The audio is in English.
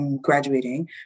graduating